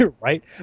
right